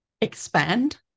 expand